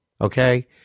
okay